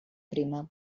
prima